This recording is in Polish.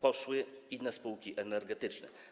poszły inne spółki energetyczne.